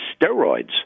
steroids